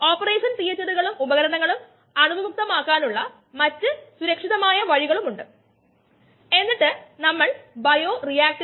ഓർക്കുക അന്നജം ഗ്ലൂക്കോസായി വിഭജിച്ച് കൂടുതൽ ഫെർമെന്റഷൻ നടത്തുന്നു